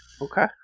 okay